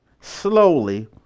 slowly